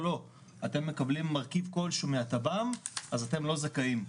אתם מקבלים מרכיב כלשהו מהטב"מ אז אתם לא זכאים.